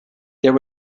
there